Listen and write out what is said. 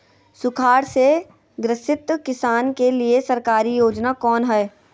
सुखाड़ से ग्रसित किसान के लिए सरकारी योजना कौन हय?